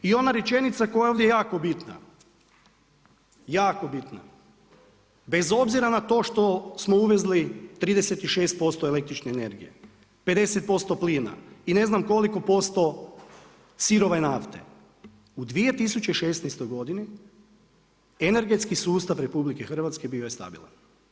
I ona rečenica koja je ovdje jako bitna, jako bitna, bez obzira na to što smo uvezli 36% električne energije, 50% plina i ne znam koliko posto sirove nafte, u 2016. godini energetski sustav RH bio je stabilan.